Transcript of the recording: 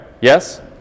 yes